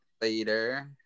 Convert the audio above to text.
later